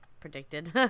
predicted